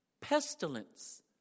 pestilence